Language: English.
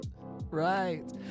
Right